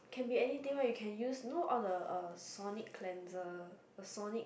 can be anything one you can use you know the sonic cleanser the sonic